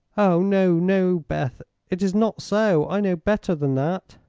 oh, no, no, beth! it is not so! i know better than that.